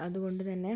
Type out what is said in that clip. അതുകൊണ്ട് തന്നെ